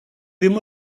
ddim